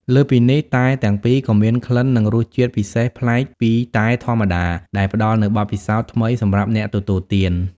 លើសពីនេះ តែទាំងពីរក៏មាន ក្លិននិងរសជាតិពិសេសប្លែកពីតែធម្មតា ដែលផ្ដល់នូវបទពិសោធន៍ថ្មីសម្រាប់អ្នកទទួលទាន។